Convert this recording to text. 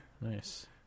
Nice